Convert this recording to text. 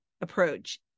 approach